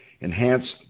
enhanced